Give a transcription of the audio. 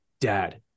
dad